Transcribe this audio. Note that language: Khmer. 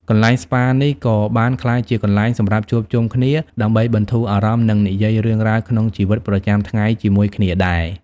កន្លែងស្ប៉ានេះក៏បានក្លាយជាកន្លែងសម្រាប់ជួបជុំគ្នាដើម្បីបន្ធូរអារម្មណ៍ និងនិយាយរឿងរ៉ាវក្នុងជីវិតប្រចាំថ្ងៃជាមួយគ្នាដែរ។